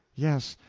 yes.